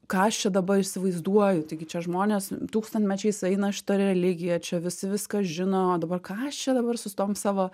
ką aš čia dabar įsivaizduoju taigi čia žmonės tūkstantmečiais eina šita religija čia visi viską žino o dabar ką aš čia dabar su tom savo